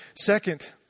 Second